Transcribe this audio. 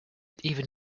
even